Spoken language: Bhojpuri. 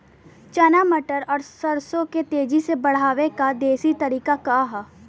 चना मटर और सरसों के तेजी से बढ़ने क देशी तरीका का ह?